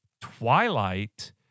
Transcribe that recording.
Twilight